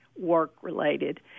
work-related